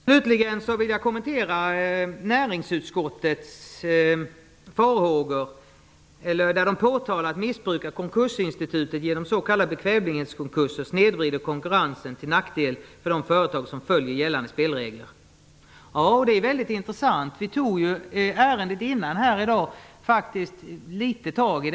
Slutligen vill jag kommentera att näringsutskottet påtalar att missbruk av koknkursinstitutet, genom s.k. bekvämlighetskonkurser, snedvrider konkurrensen till nackdel för de företag som följer gällande spelregler. Det är intressant.